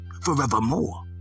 Forevermore